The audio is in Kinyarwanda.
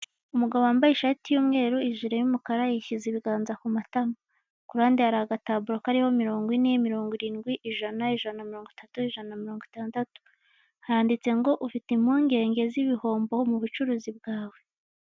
Umugabo wambaye ishati y'umweru, ijiri y'umukara yisize ibiganza ku matama , ku ruhande hari agataburo kariho mirongo ine, mirongo irindwi, ijana, ijana na mirongo itatu, ijana na mirongoitandatu. Handitse ngo ufite impungenge z'ibihombo mu bucuruzi bwawe.